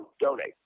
donate